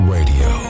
Radio